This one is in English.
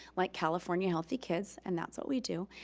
like california healthy kids, and that's what we do.